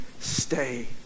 stay